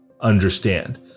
understand